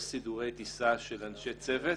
יש סידורי טיסה של אנשי צוות.